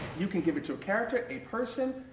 you can give it to a character, a person,